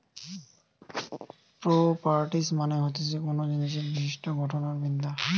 properties মানে হতিছে কোনো জিনিসের বিশিষ্ট গঠন আর বিদ্যা